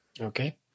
Okay